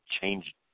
change